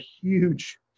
huge